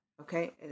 Okay